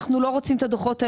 אנחנו לא רוצים את הדוחות האלה,